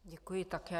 Děkuji také.